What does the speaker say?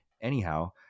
Anyhow